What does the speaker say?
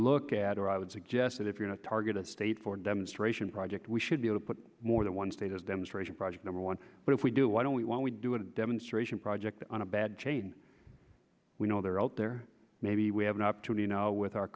look at or i would suggest that if you're not a target of state for demonstration project we should be able to put more than one state as demonstration project number one but if we do why don't we when we do a demonstration project on a bad chain we know they're out there maybe we have an opportunity with our